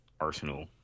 Arsenal